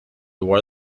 wore